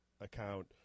account